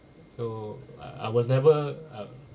so uh I will never ah